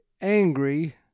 angry